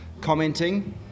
commenting